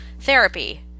therapy